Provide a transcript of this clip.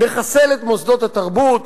נחסל את מוסדות התרבות,